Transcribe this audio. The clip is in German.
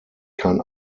kein